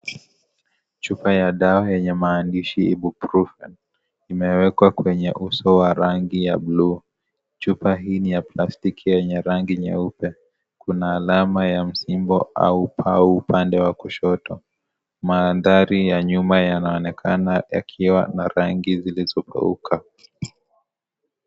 Chupa ya dawa yenye maandishi Ibuprofen imewekwa kwenye uso wa rangi ya bluu, chupa hii ni ya plastiki yenye rangi nyeupe kuna alama ya msimbo au upande wa kushoto mandhari ya nyuma yanaonekana yakiwa na rangi zilizokauka.